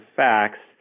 facts